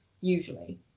usually